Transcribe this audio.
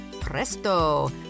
presto